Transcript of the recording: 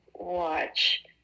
watch